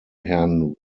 herrn